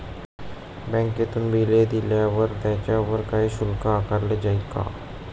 बँकेतून बिले दिल्यावर त्याच्यावर काही शुल्क आकारले जाईल का?